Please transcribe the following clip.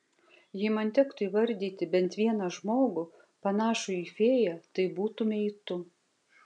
jei man tektų įvardyti bent vieną žmogų panašų į fėją tai būtumei tu